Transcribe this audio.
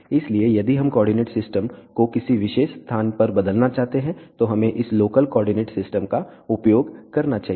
इसलिए यदि हम कोऑर्डिनेट सिस्टम को किसी विशेष स्थान पर बदलना चाहते हैं तो हमें इस लोकल कोऑर्डिनेट सिस्टम का उपयोग करना चाहिए